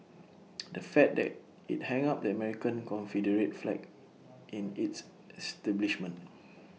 the fact that IT hung up the American Confederate flag in its establishment